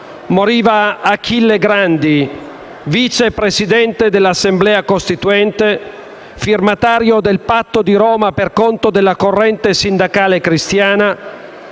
moriva Achille Grandi, vice presidente dell'Assemblea costituente, firmatario del Patto di Roma per conto della corrente sindacale cristiana,